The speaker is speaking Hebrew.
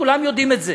כולם יודעים את זה.